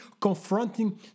confronting